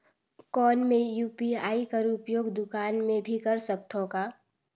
कौन मै यू.पी.आई कर उपयोग दुकान मे भी कर सकथव का?